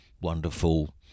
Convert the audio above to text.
wonderful